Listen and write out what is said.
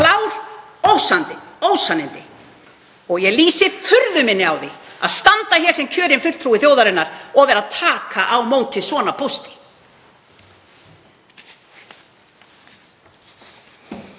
klár ósannindi. Ég lýsi furðu minni á því að standa hér sem kjörinn fulltrúi þjóðarinnar og vera að taka á móti svona pósti.